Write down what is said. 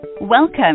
Welcome